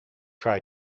try